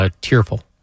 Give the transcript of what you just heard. tearful